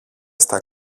στα